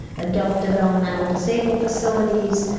adult developmental disabled facilities,